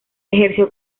ejerció